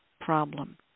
problem